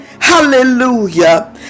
Hallelujah